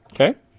Okay